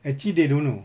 actually they don't know